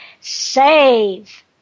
save